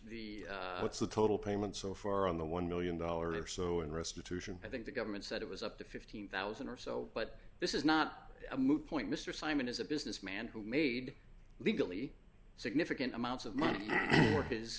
the what's the total payment so far on the one million dollars or so in restitution i think the government said it was up to fifteen thousand dollars or so but this is not a moot point mr simon is a businessman who made legally significant amounts of money